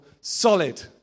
Solid